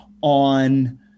on